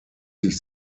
sich